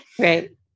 Right